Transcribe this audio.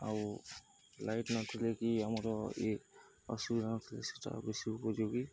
ଆଉ ଲାଇଟ୍ ନଥିଲେ କି ଆମର ଇଏ ଅସୁବିଧା ନଥିଲେ ସେଟା ବେଶୀ ଉପଯୋଗୀ